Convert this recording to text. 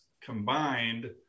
combined